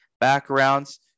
backgrounds